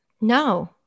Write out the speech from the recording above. No